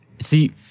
see